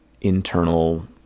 internal